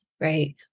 right